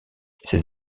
ses